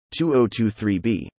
2023b